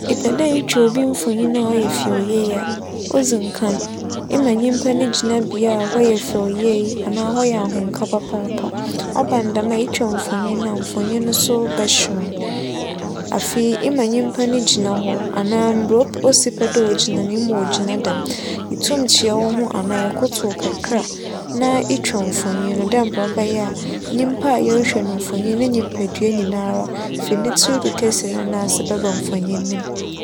Epɛ dɛ itwa ob mfonyin a ͻyɛ fɛw yie a, odzi nkan ema nyimpa no gyina bea a hͻ yɛ fɛw yie anaa hͻ yɛ ahomka papaapa. ͻba no dɛm a itwa mfonyin no a, mfonyin no so bɛhyerɛn. Afei, ema nyimpa no gyina hͻ anaa mo- mbrɛ osi pɛ dɛ ogyina no ema ogyin dɛm. Itum kyea wo ho anaa ekotow kakra na itwa mfonyin no dɛ mbrɛ ͻbɛyɛ a nyimpa a irutwa no mfonyin no ne nyimpadua nyinara fi ne tsir do kesi ne nan ase bɛba mfonyin no mu.